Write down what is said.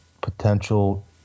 potential